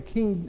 King